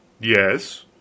Yes